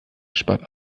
spart